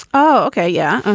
oh okay. yeah.